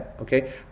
okay